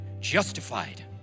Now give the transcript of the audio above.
justified